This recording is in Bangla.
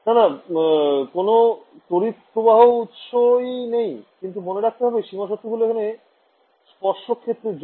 না না কোন তড়িৎ প্রবাহ উৎসই নেই কিন্তু মনে রাখতে হবে সীমা শর্তগুলো এখানে উল্লম্ব ক্ষেত্রের জন্য